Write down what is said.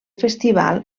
festival